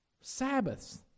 Sabbaths